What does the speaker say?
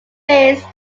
base